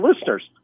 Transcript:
listeners